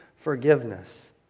forgiveness